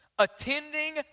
attending